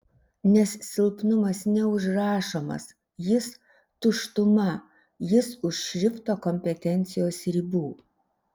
nes silpnumas neužrašomas jis tuštuma jis už šrifto kompetencijos ribų